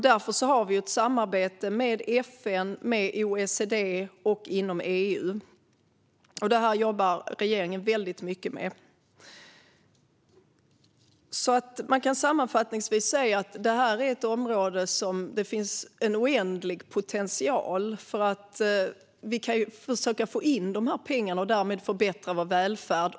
Därför har vi ett samarbete med FN, med OECD och inom EU. Det här jobbar regeringen väldigt mycket med. Man kan sammanfattningsvis säga att det här är ett område där det finns en oändlig potential. Vi kan försöka få in de här pengarna och därmed förbättra vår välfärd.